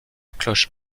cloche